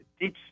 Deep